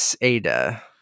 ada